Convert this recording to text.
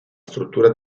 struttura